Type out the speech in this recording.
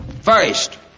First